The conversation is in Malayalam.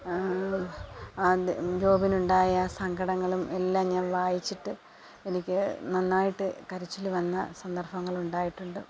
അത് ജോബിനുണ്ടായ സങ്കടങ്ങളും എല്ലാം ഞാൻ വായിച്ചിട്ട് എനിക്ക് നന്നായിട്ട് കരച്ചിൽ വന്ന സന്ദർഭങ്ങൾ ഉണ്ടായിട്ടുണ്ട്